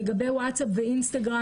לגבי ווטסאפ ואינסטגרם,